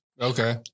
Okay